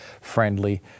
friendly